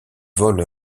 vol